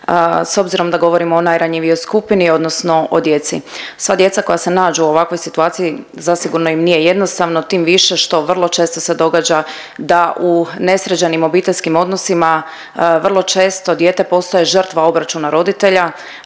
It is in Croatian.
s obzirom da govorimo o najranjivijoj skupini odnosno o djeci. Sva djeca koja se nađu u ovakvoj situaciji zasigurno im nije jednostavno, tim više što vrlo često se događa da u nesređenim obiteljskim odnosima vrlo često dijete postaje žrtva obračuna roditelja,